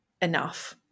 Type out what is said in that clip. enough